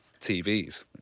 TVs